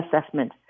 assessment